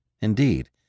Indeed